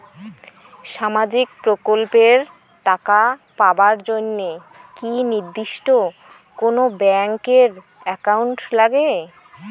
সামাজিক প্রকল্পের টাকা পাবার জন্যে কি নির্দিষ্ট কোনো ব্যাংক এর একাউন্ট লাগে?